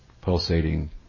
pulsating